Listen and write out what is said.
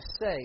say